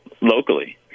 locally